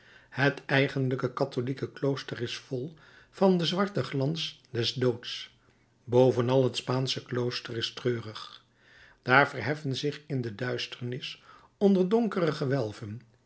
het eigenlijke katholieke klooster is vol van den zwarten glans des doods bovenal het spaansche klooster is treurig daar verheffen zich in de duisternis onder donkere gewelven